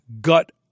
gut